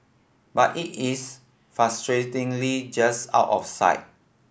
but it is frustratingly just out of sight